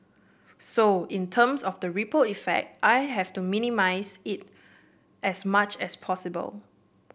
so in terms of the ripple effect I have to minimise it as much as possible